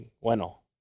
bueno